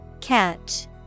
Catch